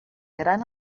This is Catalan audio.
gran